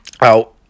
out